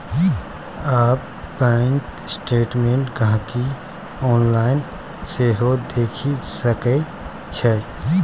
आब bank statement गांहिकी online सेहो देखि सकै छै